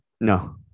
No